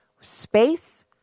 space